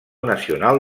nacional